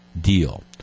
deal